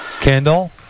Kendall